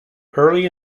early